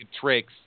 tricks